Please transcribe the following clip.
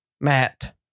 Matt